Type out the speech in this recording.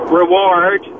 reward